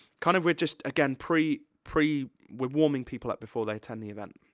kind of we're just, again, pre, pre, we're warming people up before they attend the event.